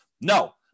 no